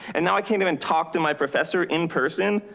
and now i can't even talk to my professor in person.